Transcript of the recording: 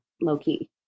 low-key